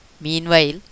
Meanwhile